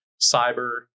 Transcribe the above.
cyber